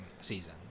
season